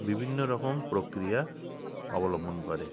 বিভিন্ন রকম প্রক্রিয়া অবলম্বন করে